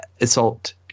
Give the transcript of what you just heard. assault